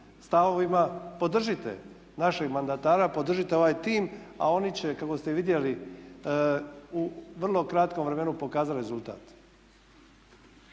podržite našeg mandatara, podržite ovaj tim a oni će kako ste vidjeli u vrlo kratkom vremenu pokazati rezultat.